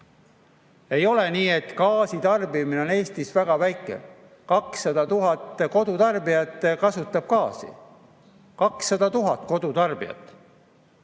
Ei ole nii, et gaasitarbimine on Eestis väga väike. 200 000 kodutarbijat kasutab gaasi. 200 000 kodutarbijat.